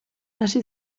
hasi